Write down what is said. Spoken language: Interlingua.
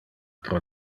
pro